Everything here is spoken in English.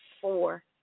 four